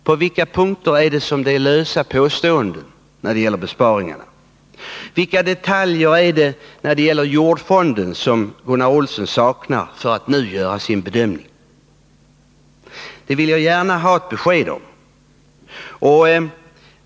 På vilka punkter är det lösa påståenden när det gäller besparingarna? Vilka detaljer när det gäller jordfonden saknar Gunnar Olsson för att nu kunna göra sin bedömning? Jag vill gärna ha besked om detta.